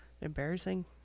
embarrassing